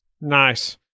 Nice